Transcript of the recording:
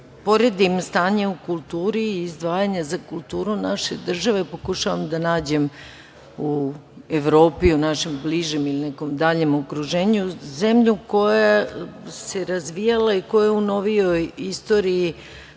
poredim stanje u kulturi i izdvajanje za kulturu naše države pokušavam da nađem Evropi, u našem bližem, ili nekom daljem okruženju, zemlju koja se razvijala i koja je u novijoj istoriji